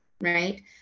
right